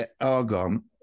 argon